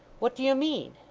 what do you mean